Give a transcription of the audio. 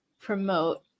promote